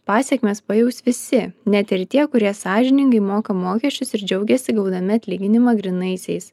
pasekmes pajaus visi net ir tie kurie sąžiningai moka mokesčius ir džiaugiasi gaudami atlyginimą grynaisiais